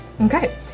Okay